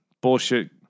bullshit